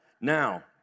Now